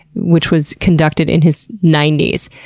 which was conducted in his ninety s,